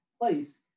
place